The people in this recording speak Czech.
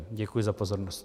Děkuji za pozornost.